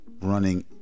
running